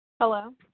Hello